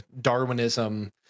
Darwinism